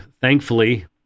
Thankfully